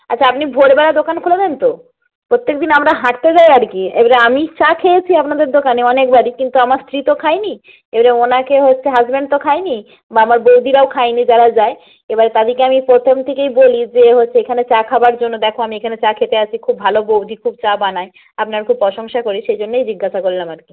আচ্ছা আপনি ভোরবেলা দোকান খুলে দেন তো প্রত্যেক দিন আমরা হাঁটতে যাই আর কি এবারে আমি চা খেয়েছি আপনাদের দোকানে অনেকবারই কিন্তু আমার স্ত্রী তো খায়নি এবারে ওনাকে হচ্ছে হাজবেন্ড তো খায়নি বা আমার বৌদিরাও খায়নি যারা যায় এবার তাদেরকে আমি প্রথম থেকেই বলি যে হচ্ছে এখানে চা খাবার জন্য দেখো আমি এখানে চা খেতে আসি খুব ভালো বৌদি খুব চা বানায় আপনার খুব প্রশংসা করি সেই জন্যই জিজ্ঞাসা করলাম আর কি